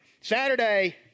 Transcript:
Saturday